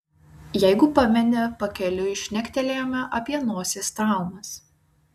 jeigu pameni pakeliui šnektelėjome apie nosies traumas